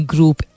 Group